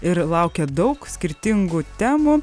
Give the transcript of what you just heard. ir laukia daug skirtingų temų